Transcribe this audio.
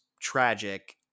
tragic